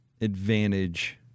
advantage